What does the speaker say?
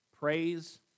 praise